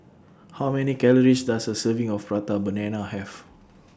How Many Calories Does A Serving of Prata Banana Have